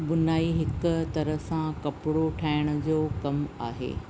बुनाई हिक तरह सां कपिड़ो ठाहिण जो कम आहे